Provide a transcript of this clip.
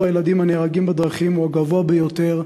הילדים הנהרגים בדרכים הוא הגבוה ביותר,